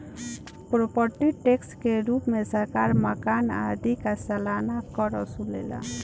property tax के रूप में सरकार मकान आदि पर सालाना कर वसुलेला